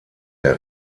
der